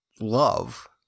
love